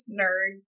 nerd